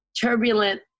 turbulent